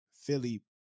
Philly